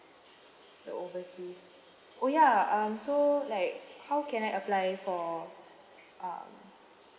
the overseas oh ya um so like how can I apply for um